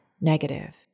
negative